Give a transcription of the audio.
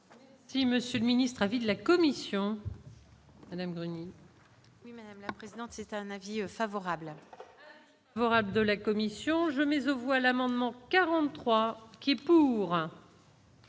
Si Monsieur le Ministre, avis de la commission. Madame Bonino. Oui, madame la présidente, c'est un avis favorable. Favorable de la commission Genèse voilà Mandement 43, qui est pour.